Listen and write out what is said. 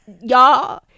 Y'all